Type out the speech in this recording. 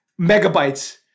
megabytes